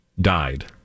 died